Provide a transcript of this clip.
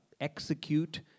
execute